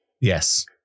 Yes